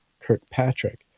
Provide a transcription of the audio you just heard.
Kirkpatrick